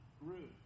grew